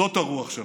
זאת הרוח שלנו,